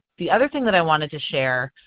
the other thing that i wanted to share,